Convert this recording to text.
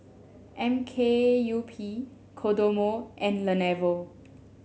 M K U P Kodomo and Lenovo